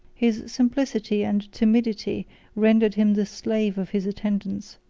his simplicity and timidity rendered him the slave of his attendants,